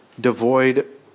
devoid